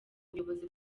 ubuyobozi